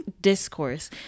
discourse